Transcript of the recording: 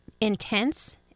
intense